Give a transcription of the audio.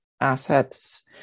assets